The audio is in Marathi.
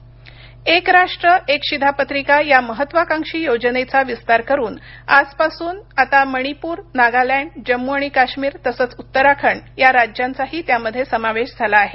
शिधापत्रिका एक राष्ट्र एक शिधापत्रिका या महत्त्वाकांक्षी योजनेचा विस्तार करून आजपासून आता मणीपूर नागालँड जम्मू आणि काश्मीर तसंच उत्तराखंड या राज्यांचाही त्यामध्ये समावेश झाला आहे